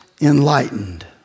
enlightened